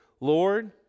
Lord